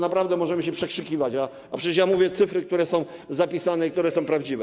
Naprawdę możemy się przekrzykiwać, a przecież ja mówię o cyfrach, które są zapisane i które są prawdziwe.